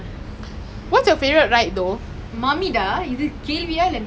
ya my parents let her sia நான் கேட்கும்போது முடியாது சொல்லிட்டாங்க:naan kekumbothu mudiyathu sollitaanga